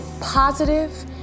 positive